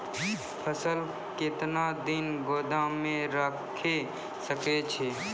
फसल केतना दिन गोदाम मे राखै सकै छौ?